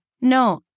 No